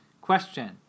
Question